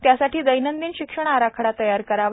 त्यासाठी दैनंदिन शिक्षण आराखडा तयार करावा